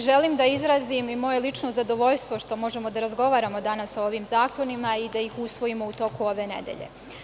Želim da izrazim i moje lično zadovoljstvo što možemo da razgovaramo danas o ovim zakonima i da ih usvojimo u toku ove nedelje.